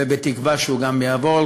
ובתקווה שהיא גם תעבור.